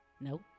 Nope